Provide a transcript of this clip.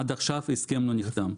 עד עכשיו ההסכם לא נחתם.